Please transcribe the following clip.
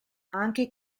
anche